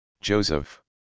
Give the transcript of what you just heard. Joseph